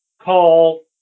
call